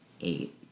eight